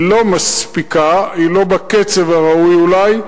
היא לא מספיקה, היא לא בקצב הראוי אולי,